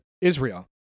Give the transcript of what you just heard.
Israel